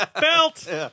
Belt